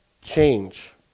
change